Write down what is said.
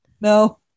No